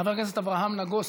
חבר הכנסת אברהם נגוסה,